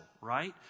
right